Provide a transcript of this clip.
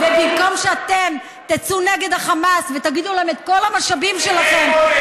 ובמקום שאתם תצאו נגד החמאס ותגידו להם: את כל המשאבים שלכם,